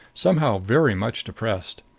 somehow very much depressed.